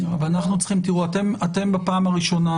אתם בפעם הראשונה